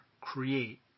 create